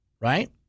Right